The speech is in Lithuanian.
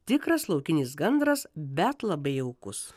tikras laukinis gandras bet labai jaukus